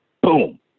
Boom